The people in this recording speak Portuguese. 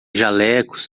jalecos